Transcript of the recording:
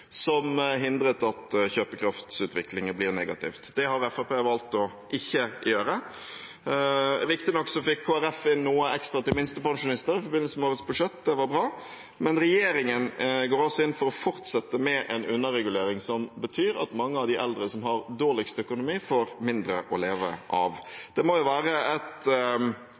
som hindret at kjøpekraftsutviklingen ble negativ. Det har Fremskrittspartiet valgt ikke å gjøre. Riktignok fikk Kristelig Folkeparti inn noe ekstra til minstepensjonistene i forbindelse med årets budsjett. Det er bra, men regjeringen går altså inn for å fortsette med en underregulering som betyr at mange av de eldre som har dårligst økonomi, får mindre å leve av. Det må jo være et